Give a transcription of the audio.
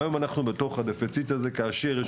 היום אנחנו בתוך הדפיציט הזה כאשר יש